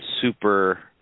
super